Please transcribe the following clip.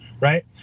right